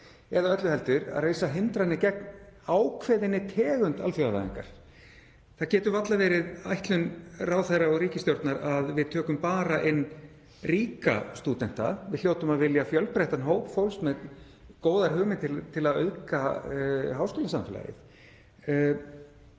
eða öllu heldur reisa hindranir gegn ákveðinni tegund alþjóðavæðingar. Það getur varla verið ætlun ráðherra og ríkisstjórnar að við tökum bara inn ríka stúdenta. Við hljótum að vilja fjölbreyttan hóp fólks með góðar hugmyndir til að auðga háskólasamfélagið.